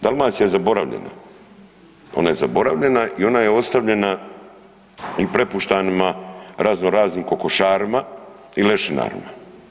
Dalmacija je zaboravljena, ona je zaboravljena i ona je ostavljena i prepuštana razno raznim kokošarima i lešinarima.